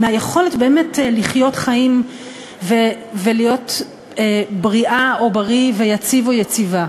מהיכולת באמת לחיות חיים ולהיות בריאה או בריא ויציב או יציבה.